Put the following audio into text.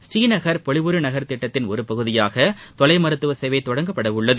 ஸ்ரீநகர் பொலிவறு நகர திட்டத்தின் ஒருபகுதியாக தொலை மருத்துவ சேவை தொடங்கப்படவுள்ளது